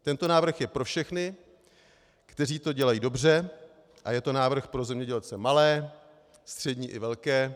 Tento návrh je pro všechny, kteří to dělají dobře, a je to návrh pro zemědělce malé, střední i velké.